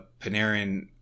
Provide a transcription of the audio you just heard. Panarin